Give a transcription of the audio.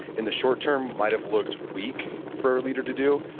in the short term, might have looked weak for a leader to do.